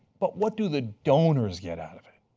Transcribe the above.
but what do the donors get out of it?